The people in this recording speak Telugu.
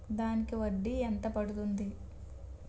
దానికి వడ్డీ ఎంత పడుతుంది?